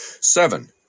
Seven